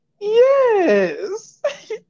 Yes